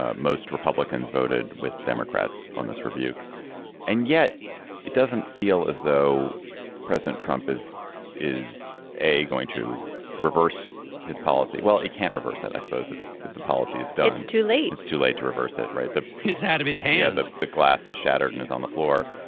ah most republicans voted with democrats on this rebuke and yet it doesn't feel as though president trump is is a going to reverse his policy. well he can't reverse that. i suppose it's the policy is dead it's too late it's too late to reverse it right. it's out of his hands. the glass is shattered and is on the floor